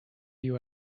you